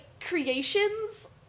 creations